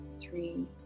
three